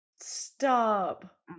stop